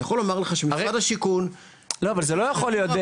אני יכול לומר לך שמשרד השיכון --- לא אבל זה לא יכול להיות,